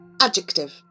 Adjective